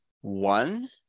One